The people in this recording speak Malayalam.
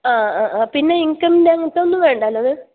ആ ആ ആ പിന്നെ ഇൻകംൻ്റെ അങ്ങനത്തെ ഒന്നും വേണ്ടല്ലോ മാം